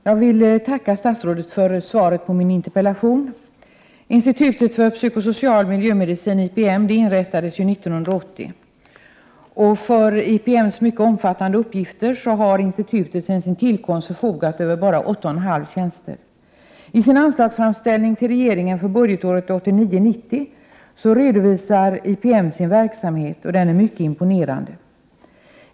Fru talman! Jag vill tacka statsrådet för svaret på min interpellation. Institutet för psykosocial miljömedicin, IPM, inrättades 1980. För IPM:s mycket omfattande uppgifter har institutet sedan sin tillkomst förfogat över bara åtta och en halv tjänster. I sin anslagsframställning till regeringen för budgetåret 1989/90 redovisar IPM sin verksamhet, och den är mycket imponerande.